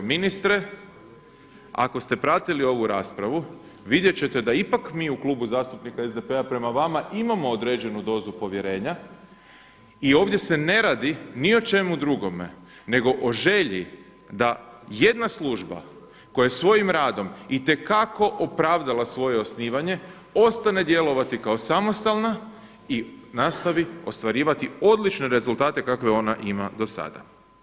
Ministre, ako ste pratili ovu raspravu, vidjet ćete da ipak mi u Klubu zastupnika SDP-a prema vama imamo određenu dozu povjerenja i ovdje se ne radi ni o čemu drugome nego o želji da jedna služba koja svojim radom i te kako opravdala svoje osnivanje ostane djelovati kao samostalna i nastavi ostvarivati odlične rezultate kakve ona ima do sada.